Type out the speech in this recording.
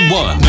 one